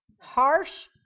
harsh